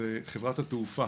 זו חברת התעופה.